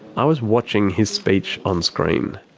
i was watching his speech on screen.